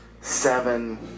Seven